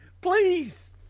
please